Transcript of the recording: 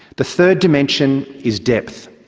the third dimension is depth.